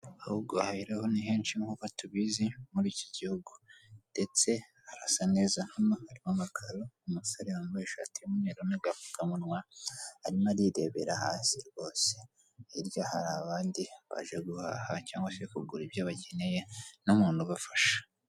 Aho guhahira ho ni henshi nkuko tubizi muri iki gihugu, ndetse harasa neza, hano harimo amakaro, umusore wambaye ishati y'umweru n'agapfukamunwa arimo arirebera hasi rwose. Hirya hari abandi baje guhaha cyangwa se kugura ibyo bakeneye n'umuntu ubafasha.